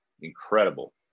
Incredible